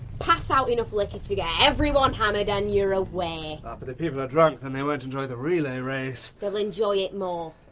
pass out enough liquor to get everyone hammered and you're away. ah but if people are drunk then they won't enjoy the relay race. they'll enjoy it more.